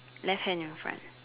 left hand in your front